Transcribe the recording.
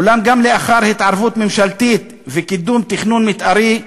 אולם גם לאחר התערבות ממשלתית וקידום תכנון מתארי,